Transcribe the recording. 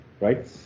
Right